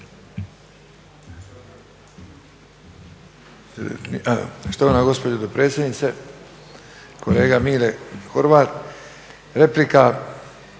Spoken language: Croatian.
Hvala.